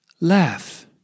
Laugh